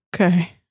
Okay